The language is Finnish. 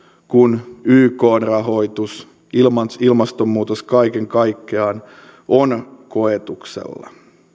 kuin myös ykn rahoitus ilmastonmuutos kaiken kaikkiaan ovat koetuksella